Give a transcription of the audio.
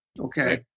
Okay